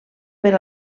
per